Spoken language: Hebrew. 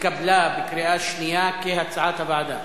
התקבלה בקריאה שנייה כהצעת הוועדה.